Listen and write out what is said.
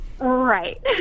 Right